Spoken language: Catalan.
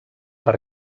per